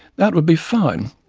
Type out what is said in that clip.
that would be fine,